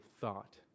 Thought